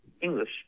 English